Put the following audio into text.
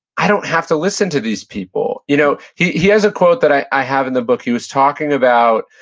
i don't have to listen to these people. you know he he has a quote that i i have in the book. he was talking about,